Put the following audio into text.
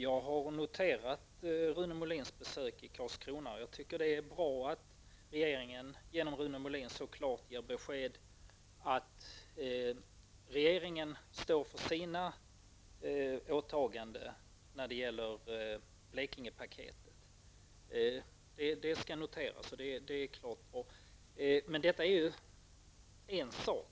Jag har noterat Rune Molins besök i Karlskrona. Det är bra att regeringen genom Rune Molin så klart ger besked om att regeringen står för sina åtaganden när det gäller Blekingepaketet. Det skall noteras. Detta är dock en sak.